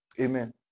amen